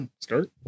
Start